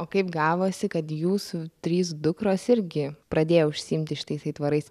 o kaip gavosi kad jūsų trys dukros irgi pradėjo užsiimti šitais aitvarais